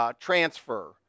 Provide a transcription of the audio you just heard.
Transfer